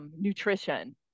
Nutrition